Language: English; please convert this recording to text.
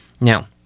Now